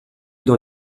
dans